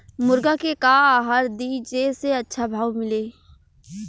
मुर्गा के का आहार दी जे से अच्छा भाव मिले?